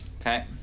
Okay